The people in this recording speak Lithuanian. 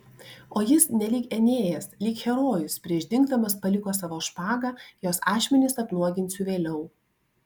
o jis nelyg enėjas lyg herojus prieš dingdamas paliko savo špagą jos ašmenis apnuoginsiu vėliau